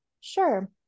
Sure